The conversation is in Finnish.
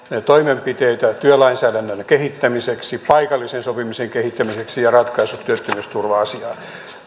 toimenpiteitä työlainsäädännön kehittämiseksi paikallisen sopimisen kehittämiseksi ja ratkaisut työttömyysturva asiaan